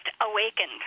awakened